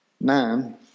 nine